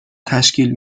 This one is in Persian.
تشکیل